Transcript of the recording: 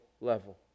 level